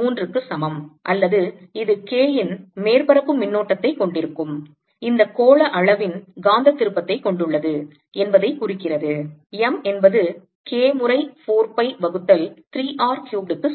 3க்கு சமம் அல்லது இது K இன் மேற்பரப்பு மின்னோட்டத்தைக் கொண்டிருக்கும் இந்த கோளம் அளவின் காந்த திருப்பத்தைக் கொண்டுள்ளது என்பதைக் குறிக்கிறது m என்பது K முறை 4 pi வகுத்தல் 3 R க்யூப்ட் க்கு சமம்